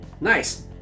Nice